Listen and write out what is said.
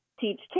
teach